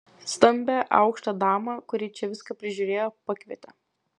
stambią aukštą damą kuri čia viską prižiūrėjo pakvietė